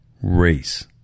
race